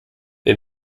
wir